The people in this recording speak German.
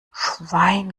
schwein